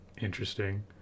interesting